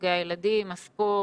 חוגי הילדים, הספורט,